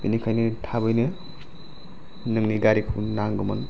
बिनिखायनो थाबैनो नोंनि गारिखौ नांगौमोन